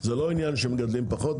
זה לא עניין שמגדלים פחות,